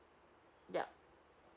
yup